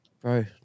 bro